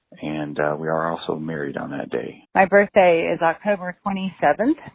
and we are also married on that day my birthday is october twenty seven,